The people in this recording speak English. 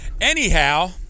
anyhow